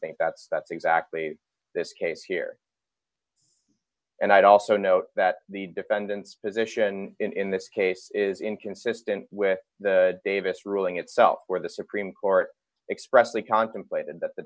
think that's that's exactly this case here and i'd also note that the defendant's position in this case is inconsistent with the davis ruling itself where the supreme court expressly contemplated that the